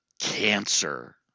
cancer